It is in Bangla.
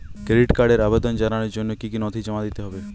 ক্রেডিট কার্ডের আবেদন জানানোর জন্য কী কী নথি জমা দিতে হবে?